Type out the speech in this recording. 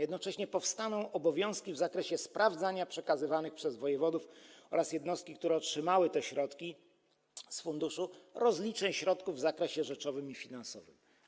Jednocześnie powstaną obowiązki w zakresie sprawdzania przekazywanych przez wojewodów oraz jednostki, które otrzymały te środki z funduszu, rozliczeń środków w zakresie rzeczowym i finansowym.